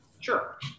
Sure